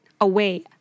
away